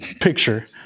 picture